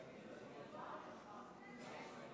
בעד,